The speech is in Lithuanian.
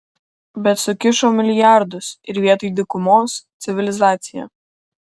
bet sukišo milijardus ir vietoj dykumos civilizacija